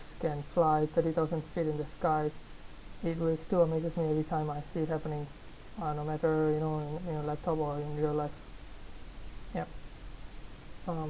can fly thirty thousand feet in the sky it still amazes me every time I see happening no matter you know in your laptop or in real life yup